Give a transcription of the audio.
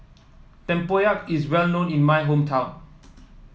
Tempoyak is well known in my hometown